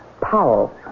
Powell